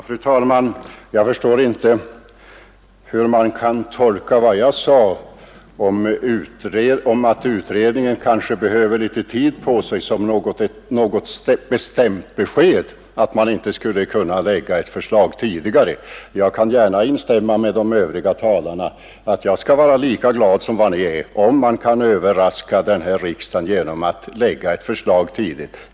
Fru talman! Jag förstår inte hur man kan tolka vad jag sade om att utredningen kanske behöver litet tid på sig som något bestämt besked om att förslag inte skulle kunna läggas fram ganska snart. Jag skulle vara lika glad som de övriga talarna, om utredningen kunde överraska riksdagen genom att komma med ett förslag tidigt.